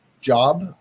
job